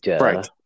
right